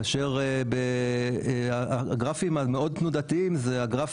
כאשר הגרפים המאוד תנודתיים זה הגרף